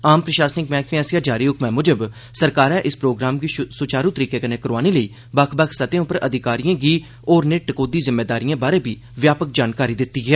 आम प्रषासनिक मैह्कमे आसेआ जारी हुक्मै मुजब सरकारै इस प्रोग्राम गी सुचारू तरीके कन्नै करोआने लेई बक्ख बक्ख सतहें उप्पर अधिकारिएं गी होरनें टकोहदी जिम्मेदारिएं बारै बी व्यापक जानकारी दित्ती दी ऐ